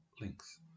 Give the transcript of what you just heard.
links